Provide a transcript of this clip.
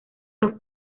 los